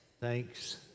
Thanks